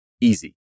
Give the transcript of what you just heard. easy